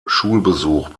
schulbesuch